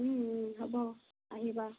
হ'ব আহিবা